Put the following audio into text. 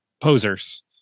posers